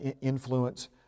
influence